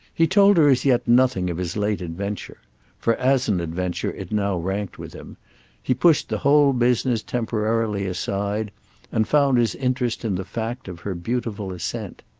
he told her as yet nothing of his late adventure for as an adventure it now ranked with him he pushed the whole business temporarily aside and found his interest in the fact of her beautiful assent.